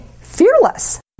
fearless